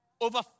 over